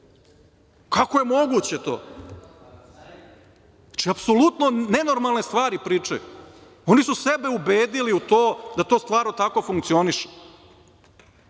Kako je moguće to? Apsolutno nenormalne stvari pričaju. Oni su sebe ubedili u to da to stvarno tako funkcioniše.